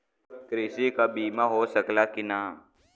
कृषि के बिमा हो सकला की ना?